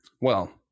Well-